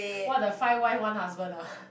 what the five wife one husband ah